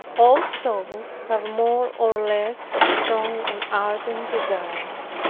all souls have more or less of strong and ardent desires,